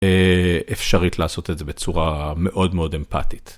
אפשרית לעשות את זה בצורה מאוד מאוד אמפתית.